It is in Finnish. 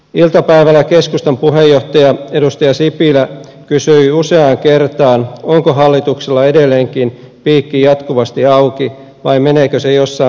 iltapäivällä keskustan puheenjohtaja edustaja sipilä kysyi useaan kertaan onko hallituksella edelleenkin piikki jatkuvasti auki vai meneekö se jossain vaiheessa kiinni